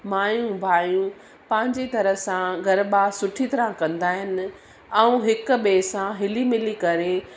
माइयूं भाइयूं पंहिंजी तरह सां गरबा सुठी तरह कंदा आहिनि ऐं हिक ॿिए सां हिली मिली करे